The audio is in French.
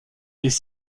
les